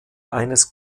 eines